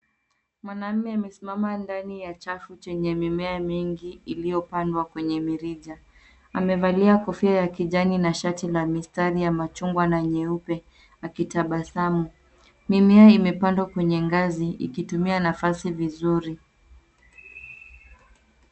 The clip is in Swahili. Mwanaume amesimama ndani ya chafu chenye mimea mingi iliyopandwa kwenye mirija. Amevalia kofia ya kijani na shati la mistari ya machungwa na nyeupe akitabasamu. Mimea imepandwa kwenye ngazi ikitumia nafasi vizuri.